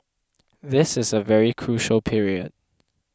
this is a very crucial period